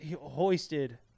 hoisted